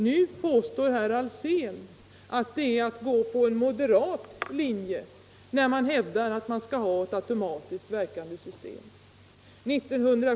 Nu påstår herr Alsén att det är att följa en moderat linje, när man hävdar att man vill ha ett automatiskt verkande system.